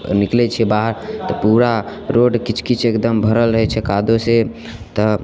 मे निकलैत छियै बाहर तऽ पूरा रोड किच किच एगदम भरल रहैत छै कादो से तऽ